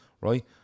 right